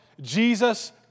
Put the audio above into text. Jesus